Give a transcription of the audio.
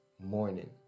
morning